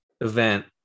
event